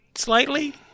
Slightly